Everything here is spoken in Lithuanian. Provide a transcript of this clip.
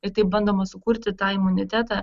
ir taip bandoma sukurti tą imunitetą